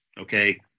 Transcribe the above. Okay